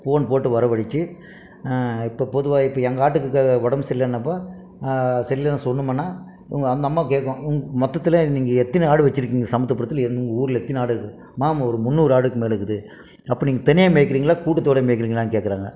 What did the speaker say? phone போட்டு வர வழச்சு இப்போ பொதுவாக இப்போ எங்கள் ஆட்டுக்கு உடம்பு சரியில்லேன்னப்போ சரியில்லனு சொன்னமுன்னா உங்கள் அந்த அம்மா கேட்கும் மொத்தத்தில் நீங்கள் எத்தனை ஆடு வச்சுருக்கீங்க இந்த சமத்துவபுரத்தில் ஊரில் எத்தன ஆடு இருக்குது மேம் ஒரு முண்ணூறு ஆடுக்கு மேலே இருக்குது அப்போ நீங்கள் தனியாக மேக்கிறிங்களா கூட்டத்தோடய மேக்கிறிங்களானு கேட்கறாங்க